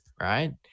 right